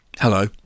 Hello